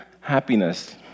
happiness